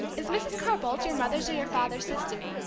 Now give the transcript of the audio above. is mrs. carr-bolt your mother's or your father's sister?